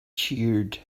cheered